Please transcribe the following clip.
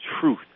truth